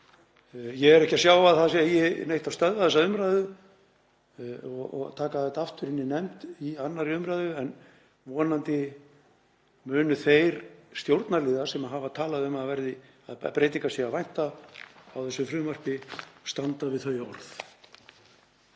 Ég sé ekki að það eigi neitt að stöðva þessa umræðu og taka þetta aftur inn í nefnd í 2. umr. Vonandi munu þeir stjórnarliðar sem hafa talað um að breytinga sé að vænta á þessu frumvarpi standa við þau orð.